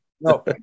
No